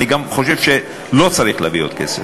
אני גם חושב שלא צריך להביא עוד כסף.